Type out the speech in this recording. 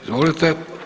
Izvolite.